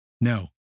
No